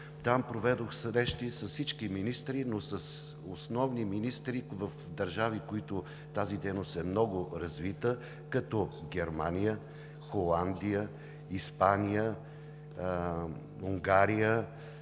Там проведох срещи с всички министри, но с основни министри на държави, в които тази дейност е много развита – Германия, Холандия, Испания, Унгария